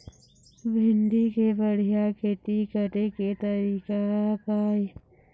भिंडी के बढ़िया खेती करे के तरीका का हे?